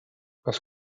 kas